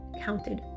counted